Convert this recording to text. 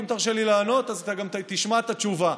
אם תרשה לי לענות אז תשמע את התשובה.